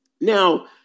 Now